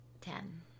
ten